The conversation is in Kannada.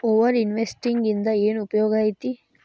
ಓವರ್ ಇನ್ವೆಸ್ಟಿಂಗ್ ಇಂದ ಏನ್ ಉಪಯೋಗ ಐತಿ